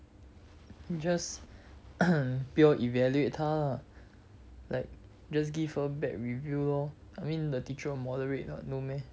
just 不要 evaluate 他 lah like just give her bad review lor I mean the teacher will moderate mah no meh